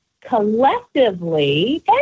collectively